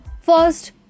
First